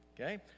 okay